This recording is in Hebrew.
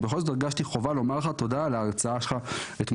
ובכל זאת הרגשתי חובה לומר לך תודה על ההרצאה שלך אתמול.